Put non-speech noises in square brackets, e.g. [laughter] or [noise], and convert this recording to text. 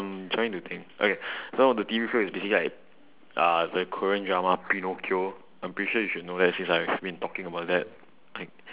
no I'm trying to think okay [breath] so the T_V show is basically like uh the korean drama pinocchio I'm pretty sure you should know that since I've been talking about that